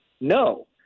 no